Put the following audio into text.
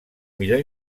millor